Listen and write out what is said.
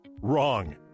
Wrong